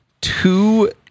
two